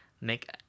make